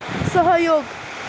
सहयोग